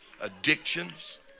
addictions